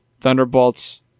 Thunderbolts